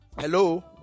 Hello